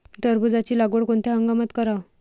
टरबूजाची लागवड कोनत्या हंगामात कराव?